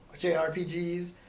jrpgs